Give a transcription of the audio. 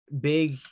big